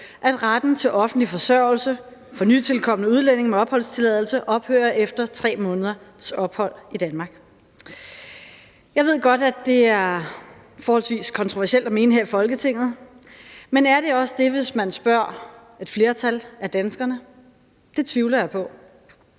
at retten til offentlig forsørgelse for nytilkomne udlændinge med opholdstilladelse ophører efter 3 måneders ophold i Danmark. Jeg ved godt, at det er forholdsvis kontroversielt at mene her i Folketinget, men er det også det, hvis man spørger et flertal af danskerne? Det tvivler jeg på.